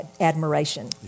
admiration